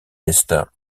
est